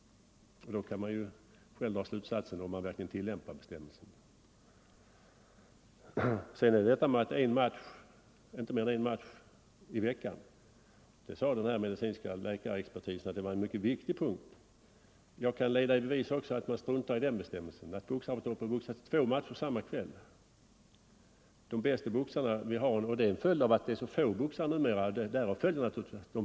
Då kan man ju själv dra slutsatsen i frågan huruvida bestämmelserna verkligen tillämpas. Sedan är det detta med högst en match i veckan. Den medicinska expertisen sade att det var en mycket viktig punkt, men jag kan leda i bevis att man struntar också i den bestämmelsen. Det förekommer att boxare går två matcher samma kväll. Vi har så få boxare här i landet numera, och därav följer naturligtvis att de bästa boxarna tävlar oftare.